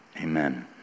Amen